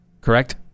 correct